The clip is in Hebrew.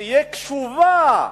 תהיה קשובה,